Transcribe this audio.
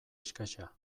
eskasa